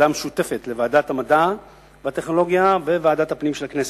המשותפת לוועדת המדע והטכנולוגיה וועדת הפנים של הכנסת.